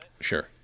Sure